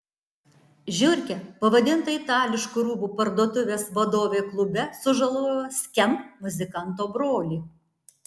žiurke pavadinta itališkų rūbų parduotuvės vadovė klube sužalojo skamp muzikanto brolį